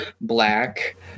black